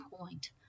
point